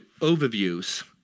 overviews